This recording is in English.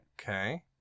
Okay